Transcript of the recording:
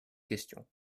question